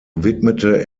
widmete